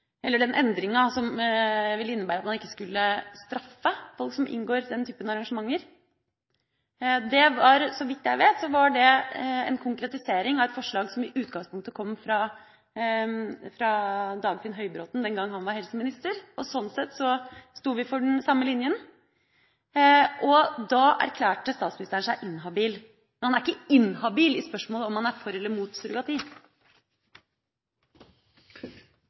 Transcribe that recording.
som vil innebære at man ikke skal straffe folk som inngår den type arrangementer. Så vidt jeg vet var det en konkretisering av et forslag som i utgangspunktet kom fra Dagfinn Høybråten den gang han var helseminister. Sånn sett sto vi for den samme linja. Da erklærte statsministeren seg inhabil, men han er ikke inhabil i spørsmålet om han er for eller mot surrogati.